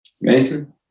Mason